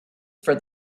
for